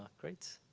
great.